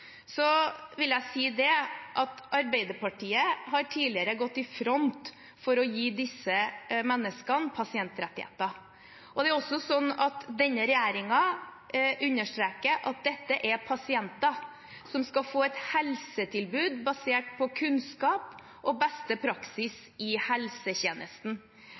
vil jeg si at Arbeiderpartiet tidligere har gått i front for å gi disse menneskene pasientrettigheter. Det er også sånn at denne regjeringen understreker at dette er pasienter, som skal få et helsetilbud basert på kunnskap og beste praksis i helsetjenesten.